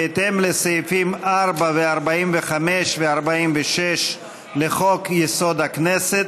בהתאם לסעיפים 4 ו-45 ו-46 לחוק-יסוד: הכנסת,